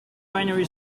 binary